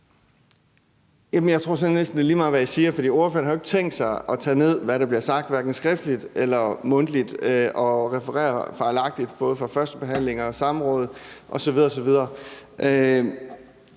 det næsten er lige meget, hvad jeg siger, for spørgeren har jo ikke tænkt sig at tage ned, hvad der bliver sagt, hverken skriftligt eller mundtligt, og refererer fejlagtigt både fra førstebehandlinger, samråd osv.